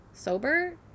sober